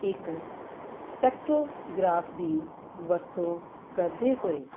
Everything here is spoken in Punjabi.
ਇੱਕ ਸਪੈਕਟਰੋ ਗਰਾਫ ਦੀ ਵਰਤੋਂ ਕਰਦੇ ਹੋਏ